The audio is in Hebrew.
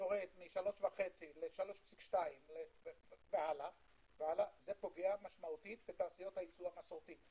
יורד מ-3.5 ל-3.2 והלאה - זה פוגע משמעותית בתעשיות הייצוא המסורתי.